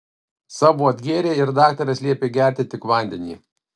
savo atgėrei ir daktaras liepė gerti tik vandenį